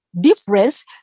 difference